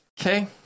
Okay